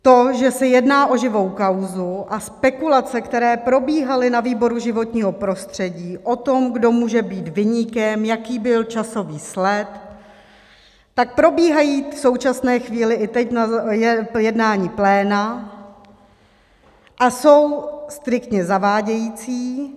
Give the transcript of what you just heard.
To, že se jedná o živou kauzu a spekulace, které probíhaly na výboru životního prostředí o tom, kdo může být viníkem, jaký byl časový sled, tak probíhají v současné chvíli i teď, je jednání pléna, a jsou striktně zavádějící.